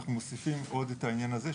אנחנו מוסיפים עוד את העניין הזה,